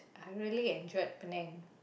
I really enjoyed Penang